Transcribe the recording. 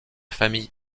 famille